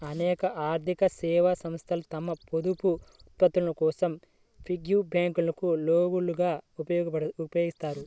అనేక ఆర్థిక సేవా సంస్థలు తమ పొదుపు ఉత్పత్తుల కోసం పిగ్గీ బ్యాంకులను లోగోలుగా ఉపయోగిస్తాయి